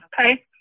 okay